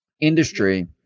industry